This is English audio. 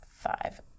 five